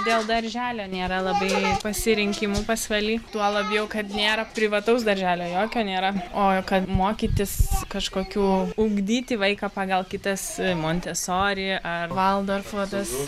dėl darželio nėra labai pasirinkimų pasvaly tuo labiau kad nėra privataus darželio jokio nėra o kad mokytis kažkokių ugdyti vaiką pagal kitas montesori ar valdorfo tas